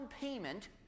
payment